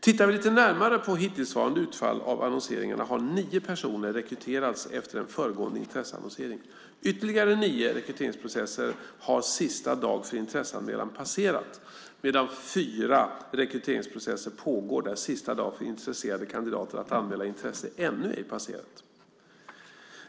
Tittar vi lite närmare på hittillsvarande utfall av annonseringarna har nio personer rekryterats efter en föregående intresseannonsering. I ytterligare nio rekryteringsprocesser har sista dag för intresseanmälan passerat medan fyra rekryteringsprocesser pågår där sista dag för intresserade kandidater att anmäla intresse ännu ej passerat.